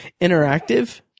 interactive